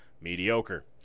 mediocre